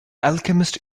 alchemist